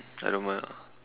I don't mind ah